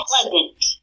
Pleasant